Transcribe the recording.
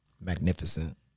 magnificent